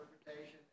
interpretation